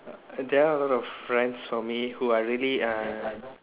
there are a lot of friends for me who I really uh